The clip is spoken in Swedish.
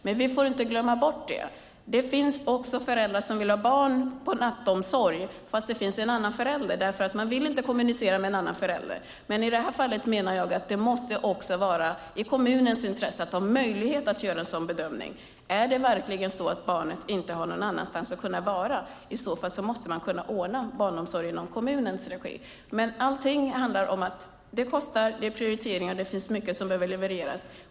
Men vi får inte glömma bort att det också finnas föräldrar som vill ha barn på nattomsorg, fast det finns en andra förälder, därför att man inte vill kommunicera med den andra föräldern. I det här fallet menar jag att det måste vara i kommunens intresse att ha möjlighet att göra en bedömning om ett barn verkligen inte har någon annanstans att kunna vara. I så fall man måste man kunna ordna barnomsorgen i kommunens regi. Men allting handlar om kostnader och prioriteringar, och det finns mycket som behöver levereras.